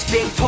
Big